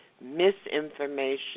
misinformation